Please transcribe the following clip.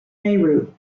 nehru